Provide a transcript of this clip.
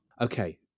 Okay